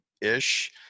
ish